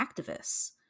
activists